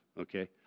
okay